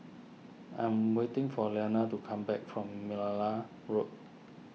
I am waiting for Iyana to come back from Merlala Road